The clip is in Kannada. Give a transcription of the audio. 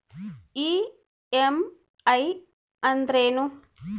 ಇ.ಎಮ್.ಐ ಅಂದ್ರೇನು?